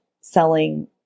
selling